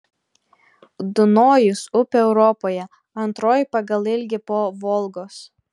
dunojus upė europoje antroji pagal ilgį po volgos